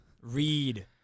Read